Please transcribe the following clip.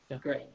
Great